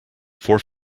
four